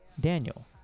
Daniel